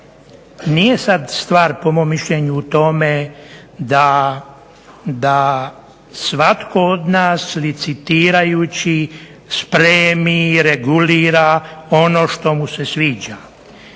Nije sad stvar po mom mišljenju u tome da svatko od nas licitirajući spremi i regulira ono što mu se sviđa.